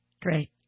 great